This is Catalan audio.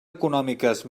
econòmiques